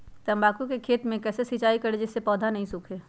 तम्बाकू के खेत मे कैसे सिंचाई करें जिस से पौधा नहीं सूखे?